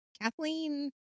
Kathleen